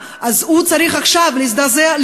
אז הוא צריך עכשיו להזדעזע,